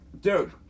Dude